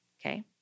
Okay